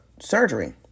surgery